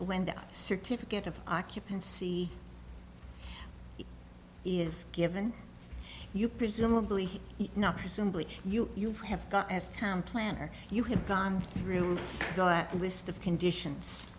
when the certificate of occupancy is given you presumably not presumably you you have got as town planner you have gone through a list of conditions